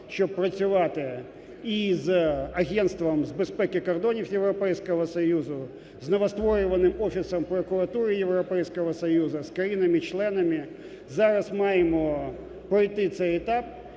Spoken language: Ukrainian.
щоб працювати і з Агентством з безпеки кордонів Європейського Союзу, з новостворюваним Офісом прокуратури Європейського Союзу, з країнами-членами зараз маємо пройти цей етап